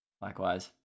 Likewise